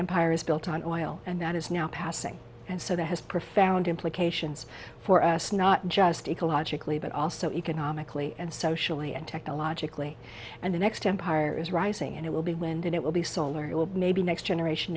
empire is built on oil and that is now passing and so that has profound implications for us not just ecologically but also economically and socially and technologically and the next empire is rising and it will be wind and it will be solar it will be maybe next generation